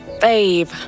babe